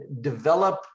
develop